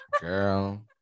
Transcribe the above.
Girl